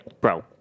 bro